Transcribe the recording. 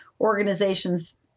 organizations